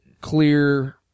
clear